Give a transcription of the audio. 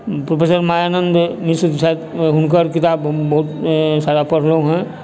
professor Mayanand Mishra छथि हुनकर किताब बहु सारा पढ़लहुँ हँ